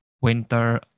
winter